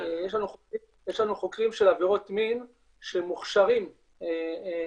יש לנו חוקרים של עבירות מין שהם מוכשרים בתחום